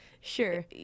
sure